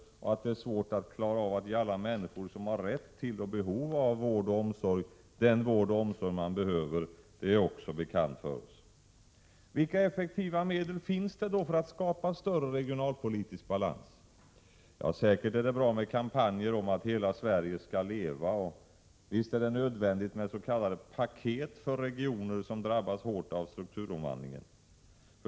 Att det är svårt att klara av att ge alla människor som har rätt till det och behov av det den vård och omsorg de borde få är också bekant. Vilka effektiva medel finns det då för att skapa bättre regionalpolitisk balans? Säkert är det bra med kampanjer om att hela Sverige skall leva, och visst är det nödvändigt med s.k. paket för regioner som drabbas hårt av strukturomvandlingen.